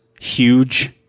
Huge